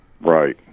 Right